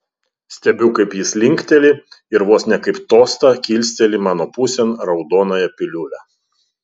stebiu kaip jis linkteli ir vos ne kaip tostą kilsteli mano pusėn raudonąją piliulę